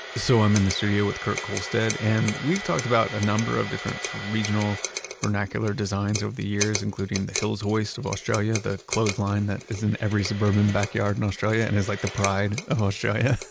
so i'm in the studio with kurt kohlstedt and we've talked about a number of different regional vernacular designs over the years, including the hills hoist of australia, the clothesline that is in every suburban backyard in australia, and is like the pride of australia